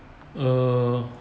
err